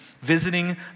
Visiting